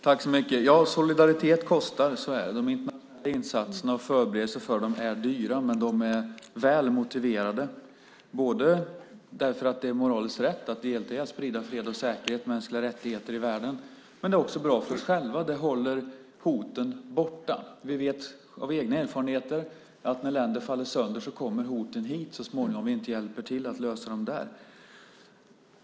Herr talman! Solidaritet kostar - så är det. De internationella förberedelserna för dem är dyra, men de är väl motiverade. Det är de därför att det är moraliskt rätt att sprida fred, säkerhet och mänskliga rättigheter i världen. Men det är också bra för oss själva. Det håller hoten borta. Vi vet av egna erfarenheter att när länder faller sönder kommer hoten hit så småningom om vi inte hjälper till att lösa dem där.